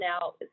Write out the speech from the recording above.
now